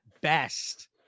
best